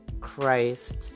Christ